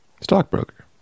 Stockbroker